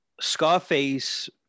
Scarface